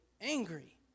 angry